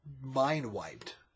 mind-wiped